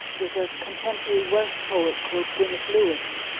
there is a contemporary welsh poet called gwyneth lewis.